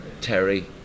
Terry